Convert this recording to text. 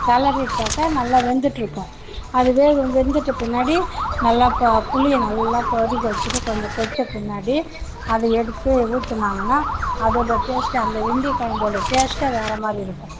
கிளரிட்டாக்கா நல்லா வெந்துகிட்டு இருக்கும் அது வேகும் வெந்துவிட்ட பின்னாடி நல்லா புளியை நல்லா கொதிக்க வச்சிவிட்டு கொஞ்சம் கொதிச்ச பின்னாடி அதை எடுத்து ஊற்றுனாங்கன்னா அதோட டேஸ்ட்டு அந்த வெந்தய குழம்போட டேஸ்ட்டே வேறு மாதிரி இருக்கும்